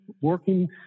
working